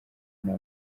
nta